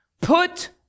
Put